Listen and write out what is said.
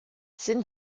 sind